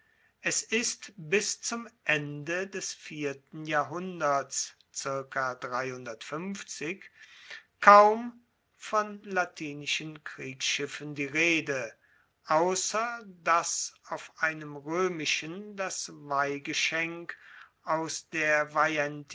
es ist bis zum ende des vierten jahrhunderts kaum von latinischen kriegsschiffen die rede ausser dass auf einem roemischen das weihgeschenk aus der